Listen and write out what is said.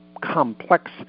complex